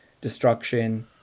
destruction